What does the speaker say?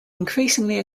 increasingly